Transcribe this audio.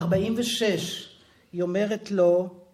ארבעים ושש, היא אומרת לו